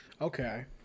Okay